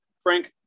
Frank